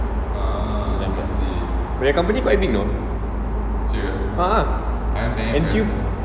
their company quite big you know a'ah